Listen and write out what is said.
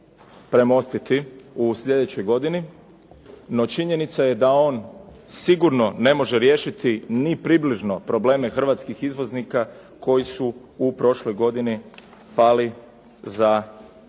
premostiti u sljedećoj godini, no činjenica je da on sigurno ne može riješiti ni približno probleme hrvatskih izvoznika koji su u prošloj godini pali za 25%,